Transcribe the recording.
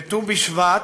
בט"ו בשבט,